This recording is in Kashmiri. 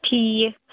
ٹھیٖک